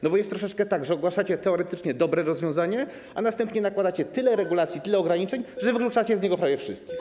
No bo jest troszeczkę tak, że ogłaszacie teoretycznie dobre rozwiązanie, a następnie tworzycie tyle regulacji, tyle ograniczeń, że wykluczacie z niego prawie wszystkich.